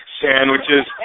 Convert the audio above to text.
sandwiches